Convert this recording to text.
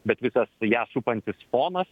bet visas ją supantis fonas